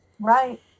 Right